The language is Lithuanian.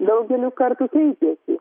daugelį kartų keitėsi